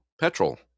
petrol